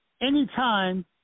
anytime